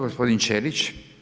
Gospodin Ćelić.